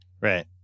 Right